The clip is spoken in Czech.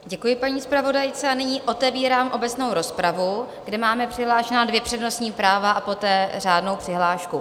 Děkuji paní zpravodajce a nyní otevírám obecnou rozpravu, kde máme přihlášena dvě přednostní práva a poté řádnou přihlášku.